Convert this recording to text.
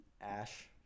Ash